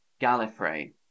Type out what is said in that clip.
Gallifrey